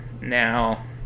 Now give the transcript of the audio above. Now